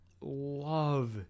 love